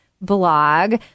blog